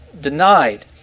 denied